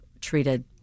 treated